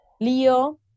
Leo